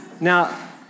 Now